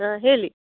ಹಾಂ ಹೇಳಿ